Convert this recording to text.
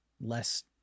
less